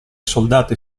soldati